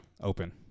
open